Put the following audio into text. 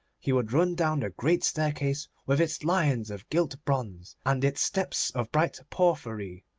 he would run down the great staircase, with its lions of gilt bronze and its steps of bright porphyry,